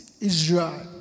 Israel